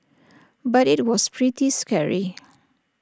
but IT was pretty scary